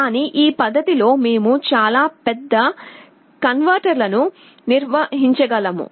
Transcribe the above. కానీ ఈ పద్ధతిలో మేము చాలా పెద్ద కన్వర్టర్లను నిర్మించగలము